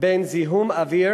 בין זיהום האוויר